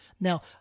Now